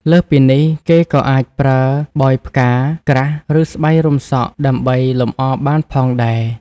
លើសពីនេះ គេក៏អាចប្រើបោយផ្កា ក្រាស់ ឬស្បៃរុំសក់ដើម្បីលម្អបានផងដែរ។